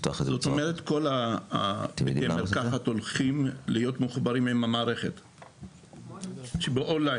זאת אומרת שכל בתי המרקחת הולכים להיות עם המערכת באונליין.